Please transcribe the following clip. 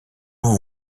vous